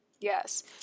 Yes